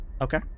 okay